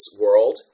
world